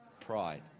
pride